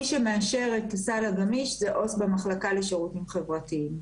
מי שמאשר את הסל הגמיש הוא עו"ס במחלקה לשירותים חברתיים,